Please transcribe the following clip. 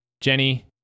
Jenny